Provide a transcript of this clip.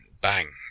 bang